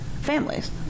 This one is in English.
families